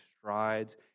strides